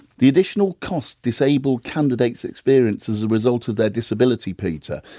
the additional costs disabled candidates experience as a result of their disability, peter.